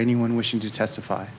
anyone wishing to testify